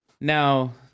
Now